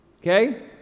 Okay